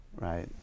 right